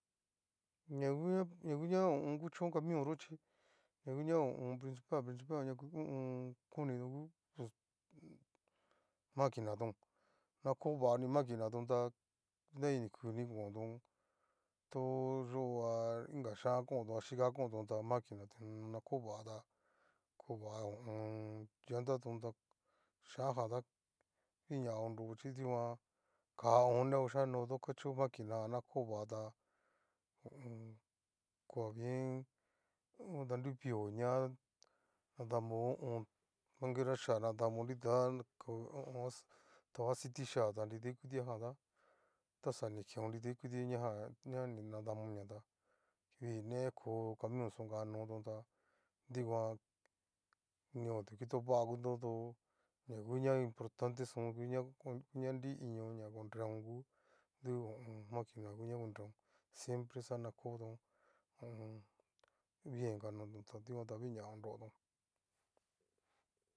Ña ngu ña ho o on. kuchón camion yo chí ya ngu ña pricipal, principal ña ngu ho o on. koni u ps maquina tón, na ko vani maquina tón tá nreninikuni kontón, to yoa inga chian konton a xhika contón tá, maquina ni na ko va ta ko va ho o on. llantaton ta shianjanta nguña konro chi dikan kaa on neo xhikano dukachio maquina na ko va tá ho o on. koa bien, danruvioña nadamo ho o on. manjerachía nadamo nridá kao ho o on tao acitixhia nrida ikutia jan tá ta xa ni keon nridaikuti ña-ña ninadamonña tá, vinee ko camionxón okanotón ta dikoan niodu kitova utónta doo ña ngu ña importante xón nguña nriinion ña konreo ngu du ho o on. maquina ngu ña konreon siempre xaña kotón ho o on. bien okanotón dikuan ta u'ña onrotón.